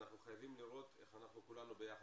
ואנחנו חייבים לראות איך אנחנו כולנו ביחד,